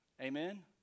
Amen